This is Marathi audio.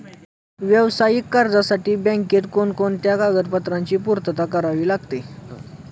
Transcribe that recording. व्यावसायिक कर्जासाठी बँकेत कोणकोणत्या कागदपत्रांची पूर्तता करावी लागते?